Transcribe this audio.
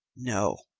no.